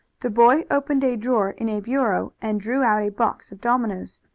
the boy opened a drawer in a bureau and drew out a box of dominoes.